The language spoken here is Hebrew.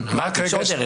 רק רגע.